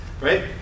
right